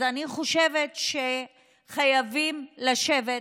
אז אני חושבת שחייבים לשבת,